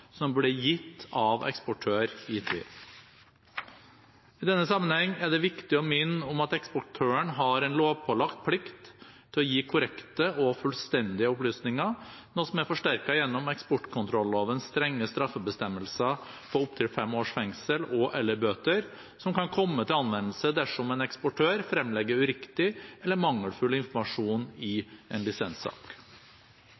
som ble gitt av eksportør, i tvil. I denne sammenheng er det viktig å minne om at eksportøren har en lovpålagt plikt til å gi korrekte og fullstendige opplysninger, noe som er forsterket gjennom eksportkontrollovens strenge straffebestemmelser på opptil 5 års fengsel og/eller bøter, som kan komme til anvendelse dersom en eksportør fremlegger uriktig eller mangelfull informasjon i